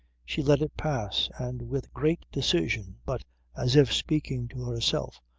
she let it pass and with great decision but as if speaking to herself,